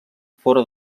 fora